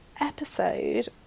episode